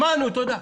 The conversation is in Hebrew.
שמענו, תודה.